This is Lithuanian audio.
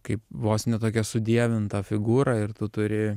kaip vos ne tokia sudievinta figūra ir tu turi